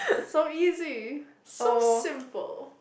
so easy so simple